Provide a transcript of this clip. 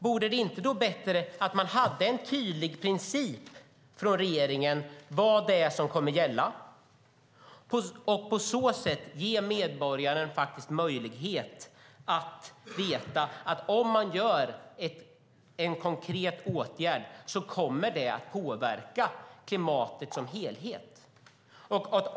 Vore det inte bättre om regeringen hade en tydlig princip för vad som kommer att gälla? På så sätt ges medborgare möjlighet att veta att om de gör en konkret åtgärd kommer det att påverka klimatet som helhet.